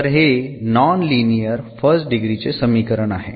तर हे non linear first degree चे समीकरण आहे